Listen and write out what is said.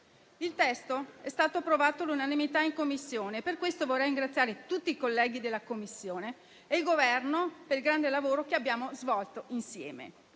Il testo è stato approvato all'unanimità in Commissione e per questo vorrei ringraziare tutti i colleghi della Commissione e il Governo per il grande lavoro che abbiamo svolto insieme.